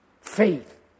faith